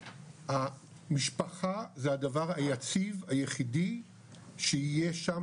המשפחה זה הדבר היציב היחידי שיהיה שם